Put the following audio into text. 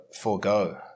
forego